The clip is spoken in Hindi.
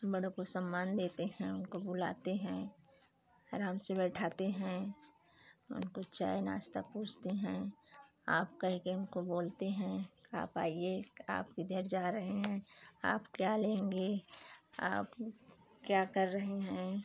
हम बड़ों को सम्मान देते हैं उनको बुलाते हैं अराम से बैठाते हैं उनको चाय नाश्ता पूछते हैं आप कहे के उनको बोलते हैं आप आइए तो आप किधर जा रहे हैं आप क्या लेंगे आप क्या कर रहे हैं